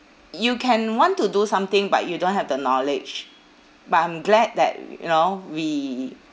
you can want to do something but you don't have the knowledge but I'm glad that w~ you know we